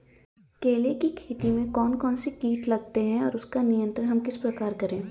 केले की खेती में कौन कौन से कीट लगते हैं और उसका नियंत्रण हम किस प्रकार करें?